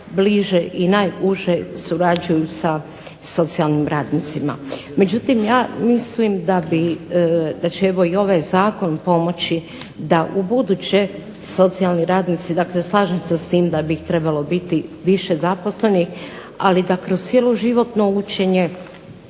i najuže surađuju sa socijalnim radnicima. Međutim, ja mislim da će ovaj zakon pomoći da ubuduće socijalni radnici, dakle slažem se s tim da bi ih trebalo biti više zaposlenih, ali da kroz cjeloživotno učenje